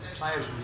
players